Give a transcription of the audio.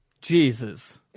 Jesus